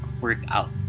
workout